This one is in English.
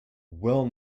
well